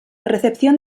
recepción